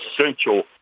essential